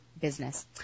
business